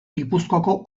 gipuzkoako